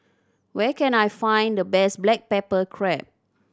where can I find the best black pepper crab